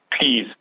Please